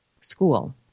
school